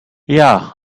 yeah